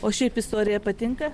o šiaip istorija patinka